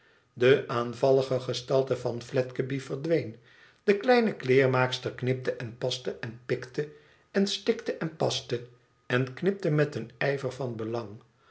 de aanvallige gestalte van fledgeby verdween de kleine kleermaakster knipte en paste en pikte en stikte en paste en knipte met een ijver van belang